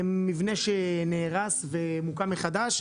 מבנה שנהרס ומוקם מחדש,